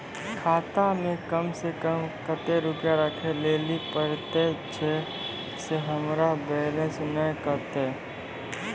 खाता मे कम सें कम कत्ते रुपैया राखै लेली परतै, छै सें हमरो बैलेंस नैन कतो?